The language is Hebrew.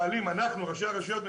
ראשי הרשויות,